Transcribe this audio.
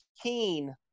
keen